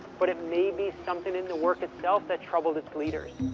but it may be something in the work itself that troubled its leaders.